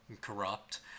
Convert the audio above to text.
corrupt